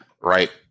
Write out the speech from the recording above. right